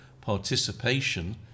participation